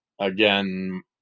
again